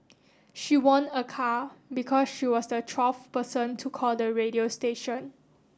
she won a car because she was the twelfth person to call the radio station